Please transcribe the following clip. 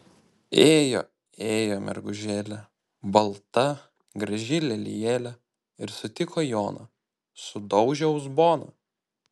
ėjo ėjo mergužėlė balta graži lelijėlė ir sutiko joną sudaužė uzboną